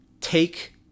take